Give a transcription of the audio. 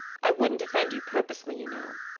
i wouldn't offend you purposely, you know.